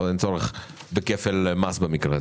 אין צורך בכפל מס במקרה הזה.